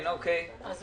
אני לא שמעתי את זה.